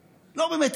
אומרת,